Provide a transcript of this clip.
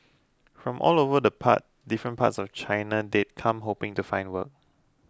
from all over the different parts of China they'd come hoping to find work